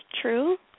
true